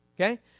Okay